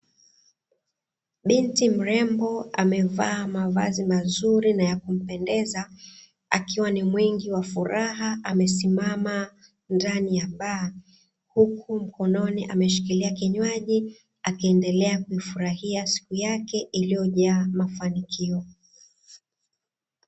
Binti mrembo amevaa mavazi mazuri na ya kumpendeza, akiwa ni mwingi wa furaha amesimama ndani ya baa. Huku mkononi ameshikilia kinywaji, akiendelea kufurahia siku yake iliyojaa mafanikio.